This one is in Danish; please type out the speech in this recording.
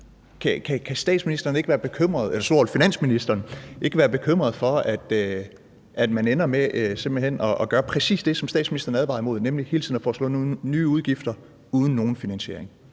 Kan finansministeren ikke være bekymret for, at man ender med simpelt hen at gøre præcis det, som statsministeren advarer imod, nemlig hele tiden at få nye udgifter uden nogen finansiering?